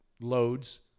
loads